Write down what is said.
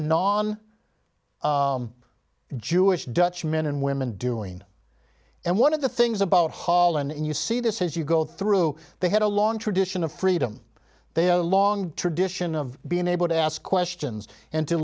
non jewish dutch men and women doing and one of the things about holland you see this as you go through they had a long tradition of freedom they have a long tradition of being able to ask questions and to